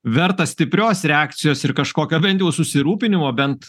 verta stiprios reakcijos ir kažkokio bent jau susirūpinimo bent